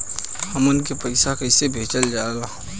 हमन के पईसा कइसे भेजल जाला?